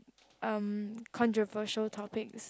um controversial topics